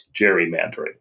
gerrymandering